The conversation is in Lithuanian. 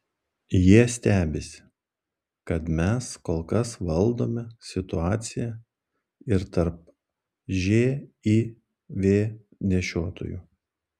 jie stebisi kad mes kol kas valdome situaciją ir tarp živ nešiotojų